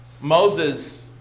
Moses